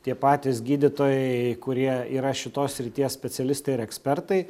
tie patys gydytojai kurie yra šitos srities specialistai ir ekspertai